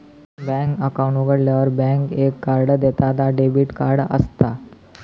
bank account उघाडल्यार bank एक card देता ता डेबिट कार्ड असता